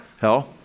Hell